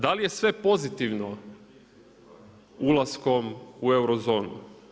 Da li je sve pozitivno ulaskom u euro zonu?